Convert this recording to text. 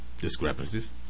Discrepancies